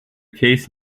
case